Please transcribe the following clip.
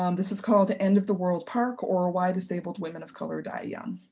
um this is called, end of the world park or why disabled women of color die young